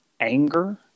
Anger